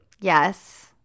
yes